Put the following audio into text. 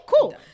cool